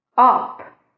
Up